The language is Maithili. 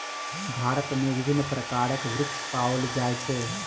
भारत में विभिन्न प्रकारक वृक्ष पाओल जाय छै